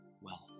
wealth